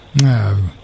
No